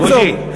בוז'י,